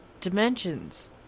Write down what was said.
Dimensions